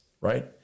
right